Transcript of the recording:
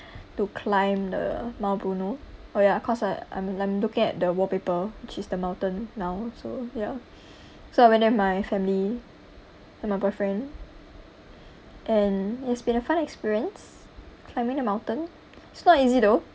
to climb the mount bruno oh ya because I I'm looking at the wallpaper which is the mountain now so ya so I went there with my family with my boyfriend and it's been a fun experience climbing the mountain it's not easy though